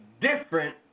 different